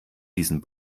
diesen